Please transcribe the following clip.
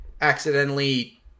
accidentally